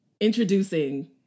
Introducing